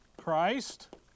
Christ